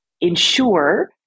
ensure